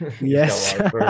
yes